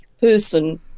person